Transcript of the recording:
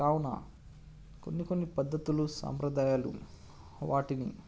కావున కొన్ని కొన్ని పద్ధతులు సాంప్రదాయాలు వాటిని